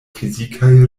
fizikaj